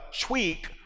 tweak